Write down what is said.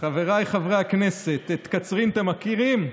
חבריי חברי הכנסת, את קצרין אתם מכירים?